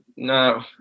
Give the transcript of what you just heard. No